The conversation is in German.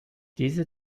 diese